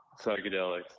Psychedelics